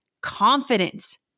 confidence